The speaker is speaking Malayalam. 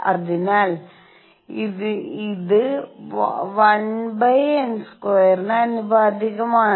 അതിനാൽ ഇത് 1n2 ന് ആനുപാതികമാണ്